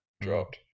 dropped